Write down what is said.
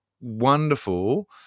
wonderful